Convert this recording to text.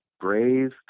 brave